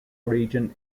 region